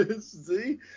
see